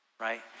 right